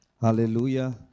hallelujah